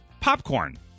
Popcorn